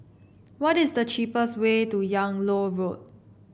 what is the cheapest way to Yung Loh Road